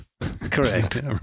Correct